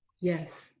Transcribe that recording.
Yes